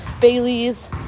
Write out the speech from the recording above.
Bailey's